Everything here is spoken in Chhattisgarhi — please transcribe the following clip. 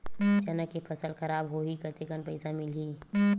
चना के फसल खराब होही कतेकन पईसा मिलही?